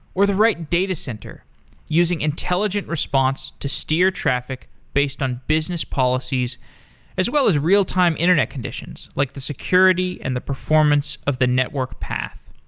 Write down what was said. or the right datacenter using intelligent response to steer traffic based on business policies as well as real time internet conditions, like the security and the performance of the network path.